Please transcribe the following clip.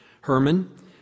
Herman